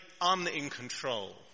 un-in-control